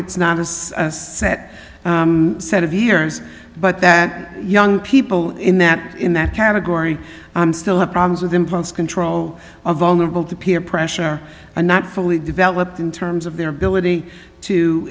it's not a set set of years but that young people in that in that category i'm still have problems with impulse control of vulnerable to peer pressure and not fully developed in terms of their ability to